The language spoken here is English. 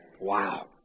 wow